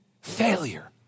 Failure